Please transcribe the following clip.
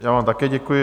Já vám také děkuji.